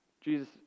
Jesus